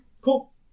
Cool